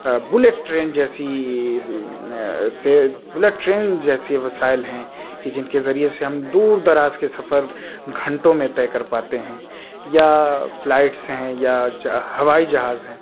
Bullet train جیسی سے bullet train جیسی وسائل ہیں کہ جن کے ذریعے سے ہم دور دراز کے سفر گھنٹوں میں طے کر پاتے ہیں یا فلائٹس ہیں یا جا ہوائی جہاز ہیں